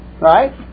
right